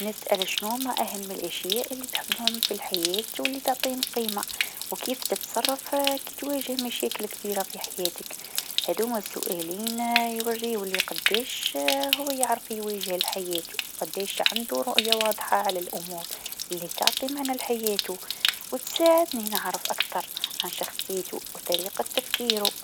سؤالين مهمين هما: "شنوّة أكثر حاجة تحبها في حياتك؟" و"شنوّة أكبر تحدي واجهته وكيف تعاملت معاه؟". هالسؤالين يعطيوك فكرة على اهتمامات الشخص وطريقة تفكيره، وشنوّة القيم اللي يؤمن بها.